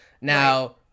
Now